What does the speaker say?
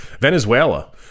Venezuela